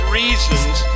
reasons